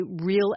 real